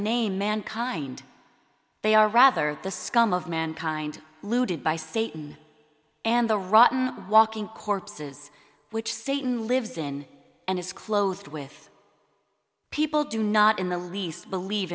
name mankind they are rather the scum of mankind looted by satan and the rotten walking corpses which satan lives in and is clothed with people do not in the least believe